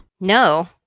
No